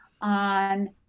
on